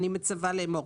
אני מצווה לאמור: